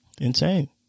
Insane